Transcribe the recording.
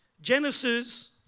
Genesis